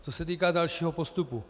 Co se týká dalšího postupu.